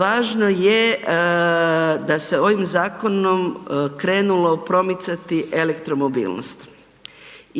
važno je da se ovim zakonom krenulo promicati elektromobilnost